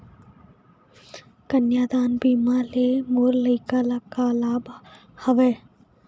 कन्यादान बीमा ले मोर लइका ल का लाभ हवय?